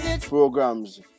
programs